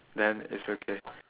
then it's okay